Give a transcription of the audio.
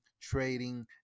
trading